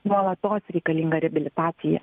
nuolatos reikalinga reabilitacija